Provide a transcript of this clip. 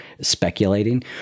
speculating